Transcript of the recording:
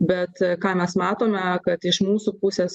bet ką mes matome kad iš mūsų pusės